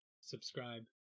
subscribe